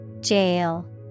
Jail